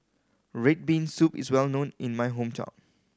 red bean soup is well known in my hometown